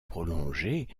prolongée